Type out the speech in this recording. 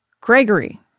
Gregory